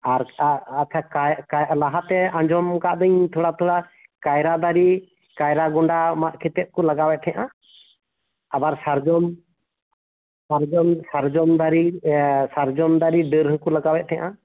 ᱟᱨ ᱟᱪᱪᱷᱟ ᱠᱟᱭᱨᱟ ᱞᱟᱦᱟᱛᱮ ᱟᱸᱡᱚᱢ ᱟᱠᱟᱫ ᱫᱚᱧ ᱛᱷᱚᱲᱟ ᱛᱷᱚᱲᱟ ᱠᱟᱭᱨᱟ ᱫᱟᱨᱮ ᱠᱟᱭᱨᱟ ᱜᱚᱸᱰᱟ ᱢᱟᱜ ᱠᱟᱛᱮᱫ ᱠᱚ ᱞᱟᱜᱟᱣ ᱮᱫ ᱛᱟᱦᱮᱸᱫᱼᱟ ᱟᱵᱟᱨ ᱥᱟᱨᱡᱚᱢ ᱥᱟᱨᱡᱚᱢ ᱥᱟᱨᱡᱚᱢ ᱫᱟᱨᱮ ᱥᱮ ᱥᱟᱨᱡᱚᱢ ᱫᱟᱨᱮ ᱰᱟᱹᱨ ᱦᱚᱠᱚᱸ ᱞᱟᱜᱟᱣᱮᱫ ᱛᱟᱦᱮᱸᱫᱼᱟ